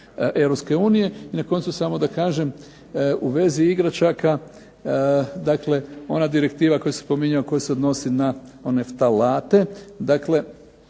unije. I na koncu samo da kažem u vezi igračaka, dakle ona direktiva koja se spominje, koja se odnosi na …/Ne razumije